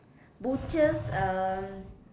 butchers uh